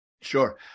Sure